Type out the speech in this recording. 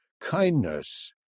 kindness